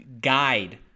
guide